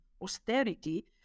austerity